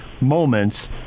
moments